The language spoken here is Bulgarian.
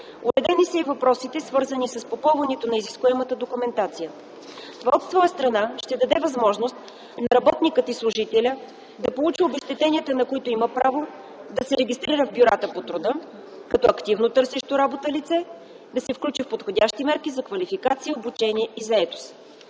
Уредени са и въпросите, свързани с попълването на изискуемата документация. Това от своя страна ще даде възможност на работника и служителя да получи обезщетенията, на които има право, да се регистрира в бюрата по труда като активно търсещо работа лице, да се включи в подходящи мерки за квалификация, обучение и заетост.